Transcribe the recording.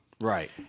Right